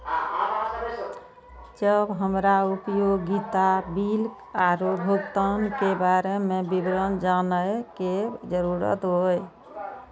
जब हमरा उपयोगिता बिल आरो भुगतान के बारे में विवरण जानय के जरुरत होय?